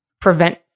prevent